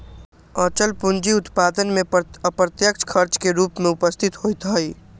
अचल पूंजी उत्पादन में अप्रत्यक्ष खर्च के रूप में उपस्थित होइत हइ